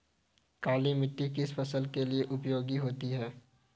काली मिट्टी किस फसल के लिए उपयोगी होती है?